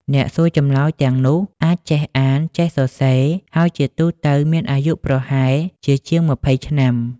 អ្នកសួរចម្លើយទាំងនោះចេះអាន និងចេះសរសេរ ហើយជាទូទៅមានអាយុប្រហែលជាជាងម្ភៃឆ្នាំ។